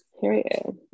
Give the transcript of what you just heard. period